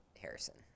Harrison